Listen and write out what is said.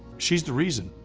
she's the reason.